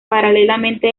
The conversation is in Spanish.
paralelamente